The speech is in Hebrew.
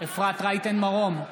אפרת רייטן מרום,